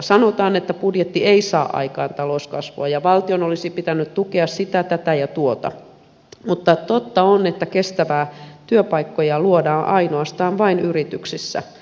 sanotaan että budjetti ei saa aikaan talouskasvua ja valtion olisi pitänyt tukea sitä tätä ja tuota mutta totta on että kestäviä työpaikkoja luodaan ainoastaan yrityksissä